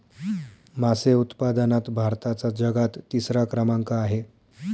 मासे उत्पादनात भारताचा जगात तिसरा क्रमांक आहे